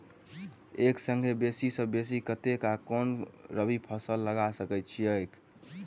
एक संगे बेसी सऽ बेसी कतेक आ केँ कुन रबी फसल लगा सकै छियैक?